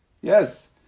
Yes